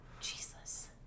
jesus